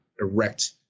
erect